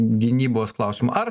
gynybos klausimu ar